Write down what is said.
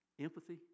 empathy